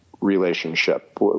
relationship